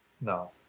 No